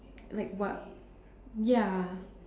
like what ya